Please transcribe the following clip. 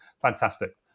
Fantastic